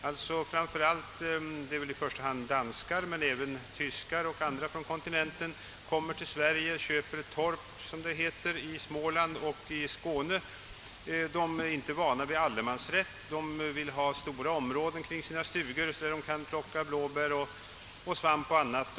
Det gäller i första hand danskar men även tyskar och andra från kontinenten som kommer till Sverige och köper ett »torp» i Småland eller Skåne. De är inte vana vid allemansrätten. De vill ha stora områden kring sina stugor där de kan plocka blåbär, svamp och annat.